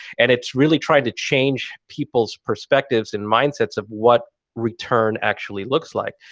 and it's really trying to change people's perspectives and mindsets of what return actually looks like.